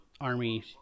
army